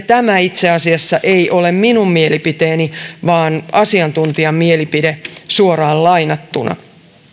tämä itse asiassa ei ole minun mielipiteeni vaan asiantuntijan mielipide suoraan lainattuna